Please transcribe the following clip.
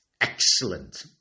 Excellent